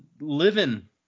Living